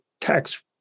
tax